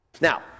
Now